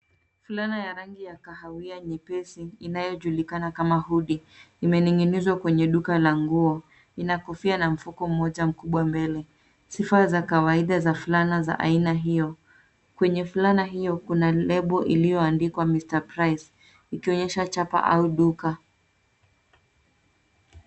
Fulana ya rangi ya kahawia nyepesi inayojulikana kama hoodie imening'inizwa kwenye duka la nguo. Ina kofia na mfuko mmoja mkubwa mbele, sifa za kawaida za fulana za aina hio. Kwenye fulana hio kuna lebo iliyoandikwa, mister price, ikionyesha chapa au duka.